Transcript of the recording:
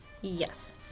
Yes